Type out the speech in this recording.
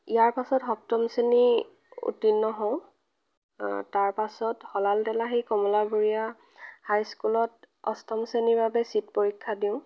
ইয়াৰ পিছত সপ্তম শ্ৰেণীত উত্তীৰ্ণ হওঁ তাৰপিছত শলাল তেলাহী কমলাবৰীয়া হাইস্কুলত অষ্টম শ্ৰেণীৰ বাবে চিট পৰীক্ষা দিওঁ